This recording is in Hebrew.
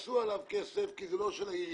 יעשו על זה כסף כי זה לא של העירייה,